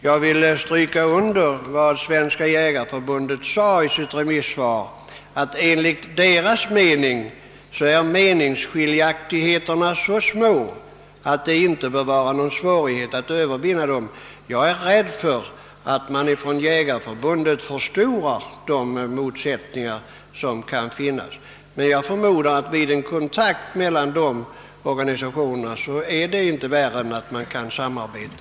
Jag vill erinra om att Svenska jägareförbundet i sitt remissvar framhöll att enligt dess åsikt meningsskiljaktigheterna är så små att det inte bör vara någon svårighet att övervinna dem. Jag är rädd att Jägarnas riksförbund förstorar de motsättningar som kan finnas, men jag förmodar att dessa vid en kontakt mellan organisationerna inte är värre än att man kan samarbeta.